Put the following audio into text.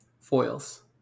foils